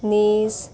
niece